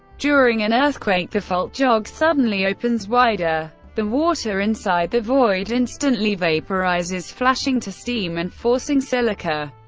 during an earthquake, the fault jog suddenly opens wider. the water inside the void instantly vaporizes, flashing to steam and forcing silica,